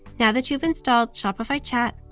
now that you've installed shopify chat,